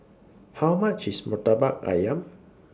How much IS Murtabak Ayam